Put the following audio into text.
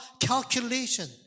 calculation